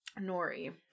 Nori